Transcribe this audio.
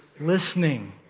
listening